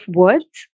words